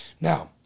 Now